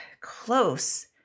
close